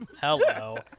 hello